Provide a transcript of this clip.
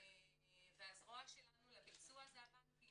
והזרוע שלנו לביצוע זה הבנקים.